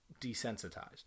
desensitized